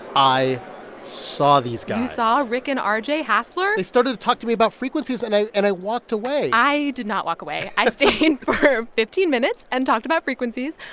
i saw these guys you saw rick and r j. hassler? they started to talk to me about frequencies, and i and i walked away i did not walk away i stayed for fifteen minutes and talked about frequencies.